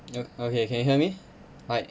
you okay can you hear me hi